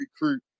recruit